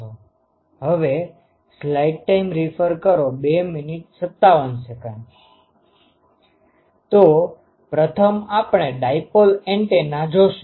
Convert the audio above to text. Refer Slide Time 0257 તો પ્રથમ આપણે ડાયપોલ એન્ટેનાdipole antennaદ્વિધ્રુવી એન્ટેના જોશું